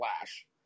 flash